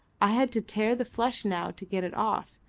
i had to tear the flesh now to get it off.